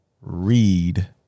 Read